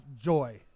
joy